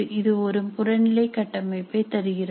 இது ஒரு புறநிலை கட்டமைப்பை தருகிறது